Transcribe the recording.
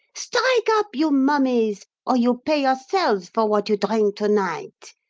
strike up, you mummies, or you pay yourselves for what you drink to-night.